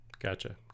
gotcha